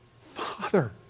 Father